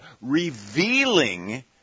revealing